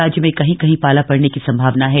राज्य में कहीं कहीं पाला पड़ने की संभावना है